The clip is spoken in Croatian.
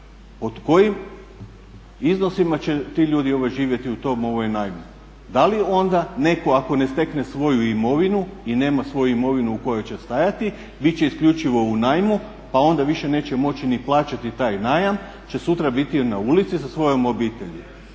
Pod kojim iznosima će ti ljudi živjeti u tom najmu? Da li onda netko ako ne stekne svoju imovinu i nema svoju imovinu u kojoj će stajati bit će isključivo u najmu pa onda više neće moći ni plaćati taj najam i sutra biti na ulici sa svojom obitelji.